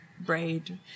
braid